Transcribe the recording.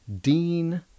Dean